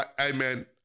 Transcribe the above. amen